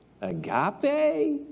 Agape